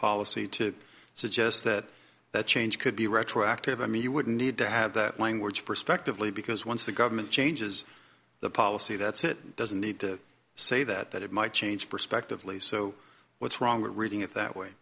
policy to suggest that the change could be retroactive i mean you would need to have the language prospectively because once the government changes the policy the doesn't need to say that that it might change prospectively so what's wrong with reading it that way